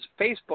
Facebook